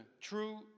true